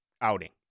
outing